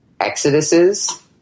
exoduses